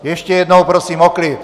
Ještě jednou prosím o klid!